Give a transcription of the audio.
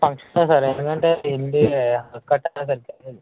ఫంక్షనే sir ఎందుకంటే